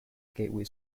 gateway